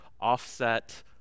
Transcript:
offset